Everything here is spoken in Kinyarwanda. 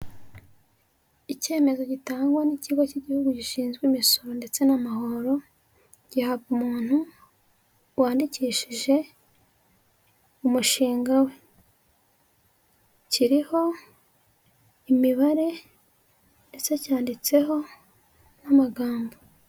Icyemezo gitangwa n'ikigo cy'igihugu gishinzwe imisoro ndetse n'amahoro gihabwa umuntu wandikishije umushinga we, kiriho imibare ndetse cyanditseho n'amagambo.